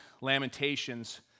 Lamentations